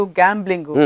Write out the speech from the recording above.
gambling